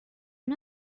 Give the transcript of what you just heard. اون